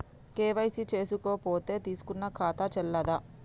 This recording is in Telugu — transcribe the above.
కే.వై.సీ చేసుకోకపోతే తీసుకునే ఖాతా చెల్లదా?